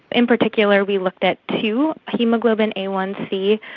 in particular we looked at two, haemoglobin a one c,